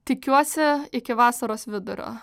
tikiuosi iki vasaros vidurio